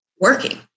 working